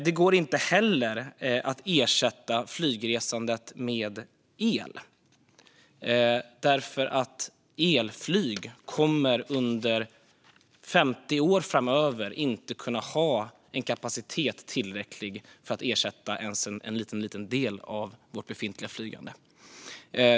Det går inte heller att ersätta flygresandet med el, för elflyg kommer under 50 år framöver inte att kunna ha en kapacitet tillräcklig för att ersätta ens en liten del av vårt befintliga flygande.